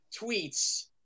tweets